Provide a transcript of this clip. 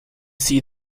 see